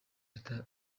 leta